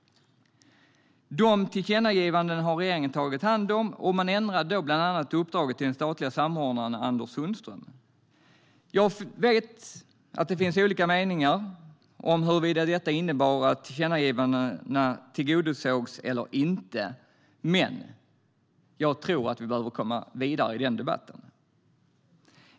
De tillkännagivandena har regeringen tagit hand om. Man ändrade bland annat uppdraget till den statliga samordnaren Anders Sundström. Jag vet att det finns olika meningar om huruvida detta innebar att tillkännagivandena tillgodosågs eller inte. Men jag tror att vi behöver komma vidare i den debatten.